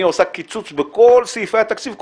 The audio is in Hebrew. אני עושה קיצוץ בכל סעיפי התקציב,